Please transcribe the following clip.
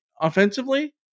offensively